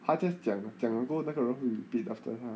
他 just 讲了过后那个人会 repeat after 他